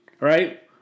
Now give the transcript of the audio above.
right